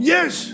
Yes